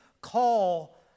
call